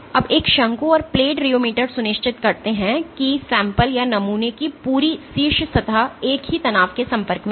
अब एक शंकु और प्लेट रियोमीटर सुनिश्चित करते हैं कि नमूने की पूरी शीर्ष सतह एक ही तनाव के संपर्क में है